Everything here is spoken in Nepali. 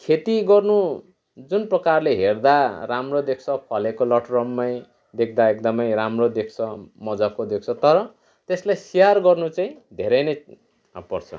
खेती गर्नु जुन प्रकारले हेर्दा राम्रो देख्छ फलेको लटरम्मै देख्दा एकदमै राम्रो देख्छ मजाको देख्छ तर त्यसलाई स्याहार गर्नु चाहिँ धेरै नै गाह्रो पर्छ